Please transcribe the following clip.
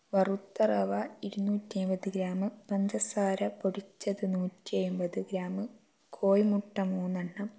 വറുത്ത റവ ഇരുനൂറ്റിയമ്പത് ഗ്രാം പഞ്ചസാര പൊടിച്ചത് നൂറ്റിയമ്പത് ഗ്രാം കോഴി മുട്ട മൂന്ന് എണ്ണം